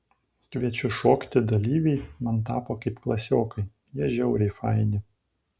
kviečiu šokti dalyviai man tapo kaip klasiokai jie žiauriai faini